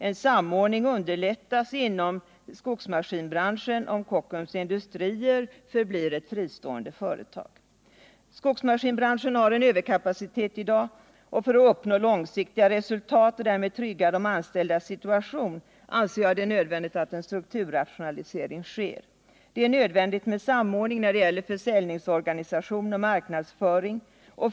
En samordning underlättas inom skogsmaskinsbranschen om Kockums Industri förblir ett fristående företag. Skogsmaskinsbranschen har en överkapacitet i dag. För att uppnå långsiktiga resultat och därmed trygga de anställdas situation anser jag det nödvändigt att en strukturrationalisering sker. Det är nödvändigt med samordning när det gäller försäljningsorganisation och marknadsföring.